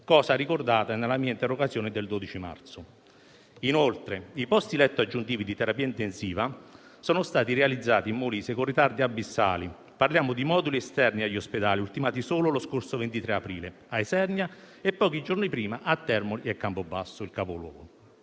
ho ricordato nella mia interrogazione del 12 marzo. Inoltre i posti letto aggiuntivi di terapia intensiva sono stati realizzati in Molise con ritardi abissali; parliamo di moduli esterni agli ospedali, ultimati solo lo scorso 23 aprile a Isernia e pochi giorni prima a Termoli e a Campobasso, il capoluogo.